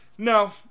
No